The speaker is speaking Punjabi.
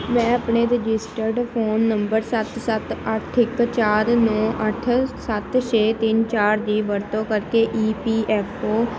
ਮੈਂ ਆਪਣੇ ਰਜਿਸਟਰਡ ਫੋਨ ਨੰਬਰ ਸੱਤ ਸੱਤ ਅੱਠ ਇੱਕ ਚਾਰ ਨੌ ਅੱਠ ਸੱਤ ਛੇ ਤਿੰਨ ਚਾਰ ਦੀ ਵਰਤੋਂ ਕਰਕੇ ਈ ਪੀ ਐੱਫ ਓ